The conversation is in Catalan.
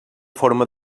forma